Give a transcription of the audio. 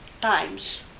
times